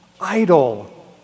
idle